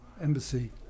embassy